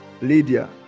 lydia